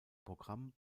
programm